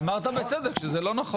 אמרת בצדק שזה לא נכון.